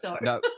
no